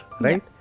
right